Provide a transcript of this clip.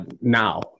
now